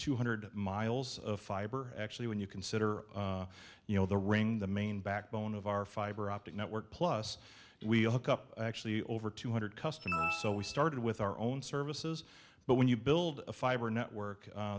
two hundred miles of fiber actually when you consider you know the ring the main backbone of our fiber optic network plus we'll hook up actually over two hundred customers so we started with our own services but when you build a fiber network